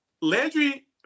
Landry